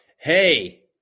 Hey